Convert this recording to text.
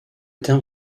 terme